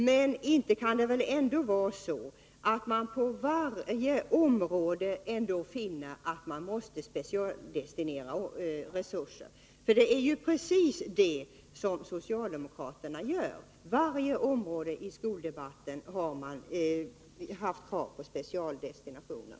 Men inte kan det väl vara så att man på varje område finner att man måste specialdestinera resurser. Det är precis det som socialdemokraterna gör. På varje område i skoldebatten har man haft krav på specialdestinationer.